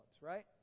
right